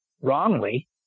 wrongly